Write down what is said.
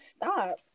stop